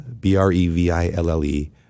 b-r-e-v-i-l-l-e